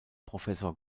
professor